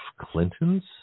Clinton's